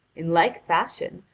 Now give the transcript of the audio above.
in like fashion,